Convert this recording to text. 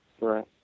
Right